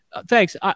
thanks